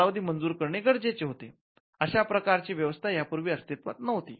अशा प्रकारची व्यवस्था यापूर्वी अस्तित्वात नव्हती